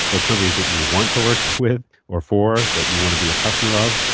the companies that you want to work with or for, that you want to be a customer of,